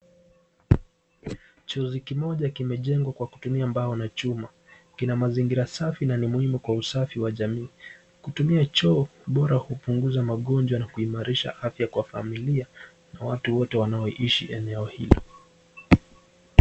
Chozi kimoja kimejengwa kutumia mbao na chuma. Kina mazingira safi na ni muhimu kwa usafi wa jamii. Kutumia choo bora hupunguza magonjwa na kuimarisha afya kwa familia na watu wote wanaoishi eneo hilo.